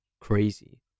crazy